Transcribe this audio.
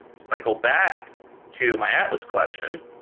if i go back to my atlas collection